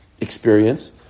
experience